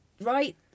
right